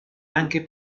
anche